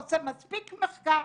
עושה מספיק מחקר.